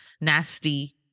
nasty